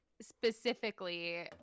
specifically